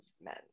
men